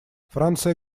франция